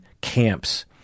camps